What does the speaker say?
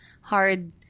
hard